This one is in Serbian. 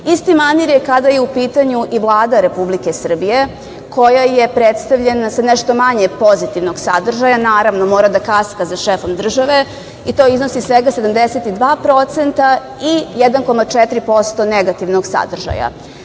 manir je kada je upitanju i Vlada Republike Srbije, koja je predstavljena sa nešto manje pozitivnog sadržaja. Naravno, mora da kaska za šefom države i to iznosi svega 72% i 1,4% negativnog sadržaja. Stranke